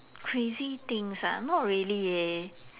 crazy things ah not really leh